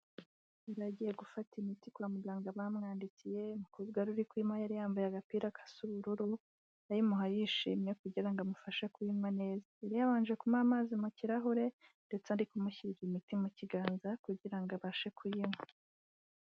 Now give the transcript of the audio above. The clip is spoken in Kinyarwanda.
Yari agiye gufata imiti kwa muganga bamwandikiye, umukobwa wari uri kuyimuha yari yambaye agapira gasa ubururu. Yayimuhaye yishimye kugira ngo amufashe kuyinywa neza. Yari yabanje kumuha amazi mu kirahure ndetse ari kumushyirira imiti mu kiganza kugira ngo abashe kuyinywa.